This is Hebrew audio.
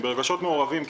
אני ברגשות מעורבים,